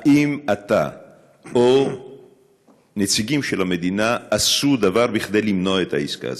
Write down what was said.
האם אתה או נציגים של המדינה עשו דבר כדי למנוע את העסקה הזאת?